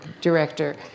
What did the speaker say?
Director